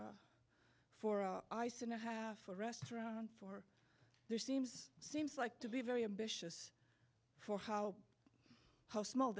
for ice and a half for a restaurant for their seems seems like to be very ambitious for how how small